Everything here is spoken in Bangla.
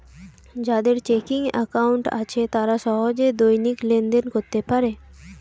যাদের চেকিং অ্যাকাউন্ট আছে তারা সহজে দৈনিক লেনদেন করতে পারে